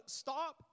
stop